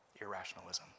irrationalism